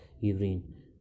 urine